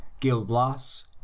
Gilblas